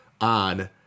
on